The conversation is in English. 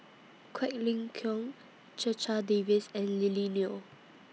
Quek Ling Kiong Checha Davies and Lily Neo